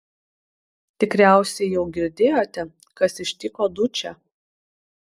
tikriausiai jau girdėjote kas ištiko dučę